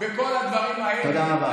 תודה רבה.